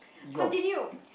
continue